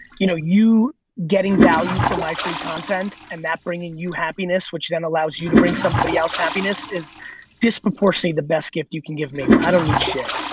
you know you getting value from my free content and that bringing you happiness, which then allows you to bring somebody else happiness is disproportionally the best gift you can give me. i don't need shit.